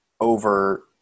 over –